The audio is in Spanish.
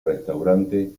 restaurante